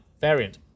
variant